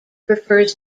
prefers